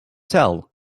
tell